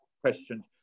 questions